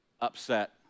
upset